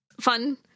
fun